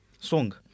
Song